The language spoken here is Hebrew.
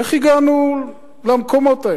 איך הגענו למקומות האלה?